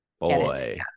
boy